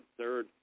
third